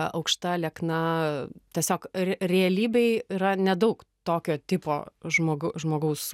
aukšta liekna tiesiog re realybėj yra nedaug tokio tipo žmog žmogaus